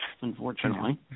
unfortunately